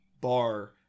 bar